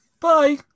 Bye